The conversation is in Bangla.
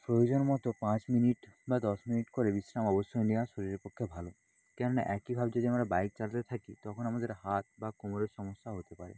প্রয়োজনমতো পাঁচ মিনিট বা দশ মিনিট করে বিশ্রাম অবশ্যই নেওয়া শরীরের পক্ষে ভালো কেননা একইভাবে যদি আমরা বাইক চালাতে থাকি তখন আমাদের হাত বা কোমরের সমস্যা হতে পারে